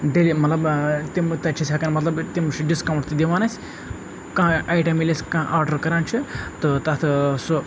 delay مطلب تِم تَتہِ چھِ أسۍ ہیٚکان مطلب تِم چھِ ڈِسکاوُنٛٹ تہِ دِوان اسہِ کانٛہہ آیٹَم ییٚلہِ أسۍ کانٛہہ آرڈَر کَران چھِ تہٕ تَتھ ٲں سُہ